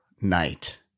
night